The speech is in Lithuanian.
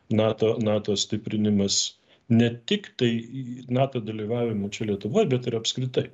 nato nato stiprinimas ne tik tai nato dalyvavimu čia lietuvoj bet ir apskritai